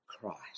Christ